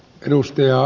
ruskeaa